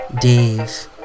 Dave